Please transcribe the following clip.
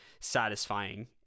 satisfying